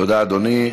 תודה, אדוני.